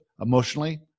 emotionally